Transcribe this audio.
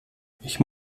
ich